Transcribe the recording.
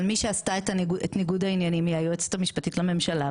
אבל מי שעשתה את ניגוד העניינים היא היועצת המשפטית לממשלה,